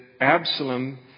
Absalom